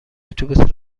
اتوبوس